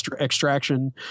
Extraction